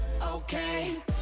okay